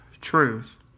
truth